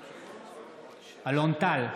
בעד אלון טל,